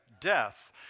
Death